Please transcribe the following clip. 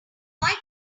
cat